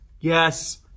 Yes